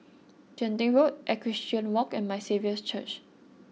Genting Road Equestrian Walk and My Saviour's Church